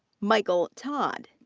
michael todd.